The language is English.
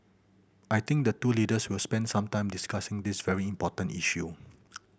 I think the two leaders will spend some time discussing this very important issue